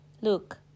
look